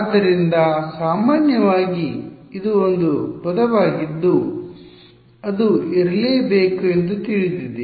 ಆದ್ದರಿಂದ ಸಾಮಾನ್ಯವಾಗಿ ಇದು ಒಂದು ಪದವಾಗಿದ್ದು ಅದು ಇರಲೇಬೇಕು ಎಂದು ತಿಳಿದಿದೆ